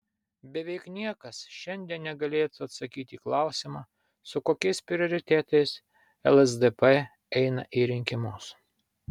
beveik niekas šiandien negalėtų atsakyti į klausimą su kokiais prioritetais lsdp eina į rinkimus